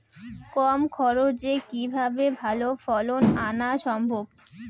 কম খরচে কিভাবে ভালো ফলন আনা সম্ভব?